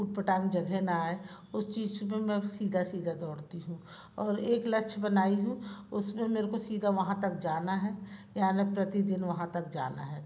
ऊतपटांग जगह ना आए उस चीज़ में मैं अब सीधा सीधा दौड़ती हूँ और एक लक्ष्य बनाई हूँ उसपे मेरे को सीधा वहाँ तक जाना है याने प्रतिदिन वहाँ तक जाना हैगा